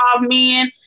men